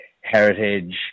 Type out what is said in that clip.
heritage